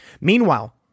Meanwhile